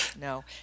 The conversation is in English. No